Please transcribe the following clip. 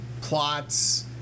plots